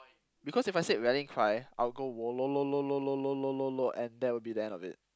because if I said rallying cry I will go and that will be the end of it